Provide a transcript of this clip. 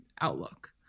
outlook